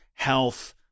health